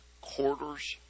quarters